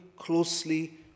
closely